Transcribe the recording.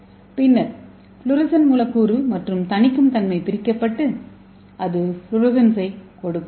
பின்னர் ஃப்ளோரசன்ட் மூலக்கூறு மற்றும் தணிக்கும் தன்மை பிரிக்கப்பட்டு அது ஃப்ளோரசன்ஸைக் கொடுக்கும்